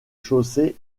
chaussée